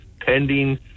pending